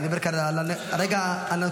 אני מדבר על הרגע הנקודתי.